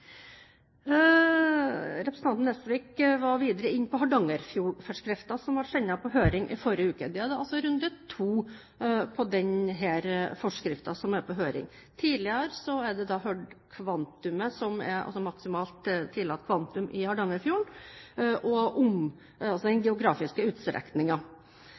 Representanten Nesvik var videre inne på hardangerfjordforskriften, som ble sendt på høring i forrige uke. Det er altså runde 2 når det gjelder den forskriften. Tidligere har maksimalt tillatt kvantum i Hardangerfjorden og den